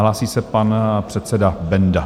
Hlásí se pan předseda Benda.